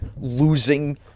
losing